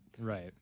Right